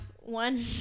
one